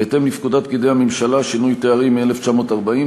בהתאם לפקודת פקידי הממשלה (שינוי תארים) מ-1940,